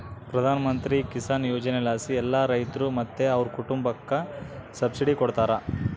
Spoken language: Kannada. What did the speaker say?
ಪ್ರಧಾನಮಂತ್ರಿ ಕಿಸಾನ್ ಯೋಜನೆಲಾಸಿ ಎಲ್ಲಾ ರೈತ್ರು ಮತ್ತೆ ಅವ್ರ್ ಕುಟುಂಬುಕ್ಕ ಸಬ್ಸಿಡಿ ಕೊಡ್ತಾರ